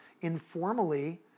informally